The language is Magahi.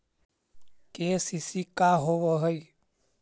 के.सी.सी का होव हइ?